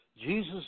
Jesus